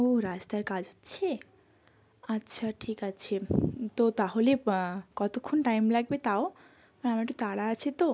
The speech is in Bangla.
ও রাস্তার কাজ হচ্ছে আচ্ছা ঠিক আছে তো তাহলে কতোক্ষণ টাইম লাগবে তাও আমার একটু তাড়া আছে তো